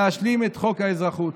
את חוק האזרחות.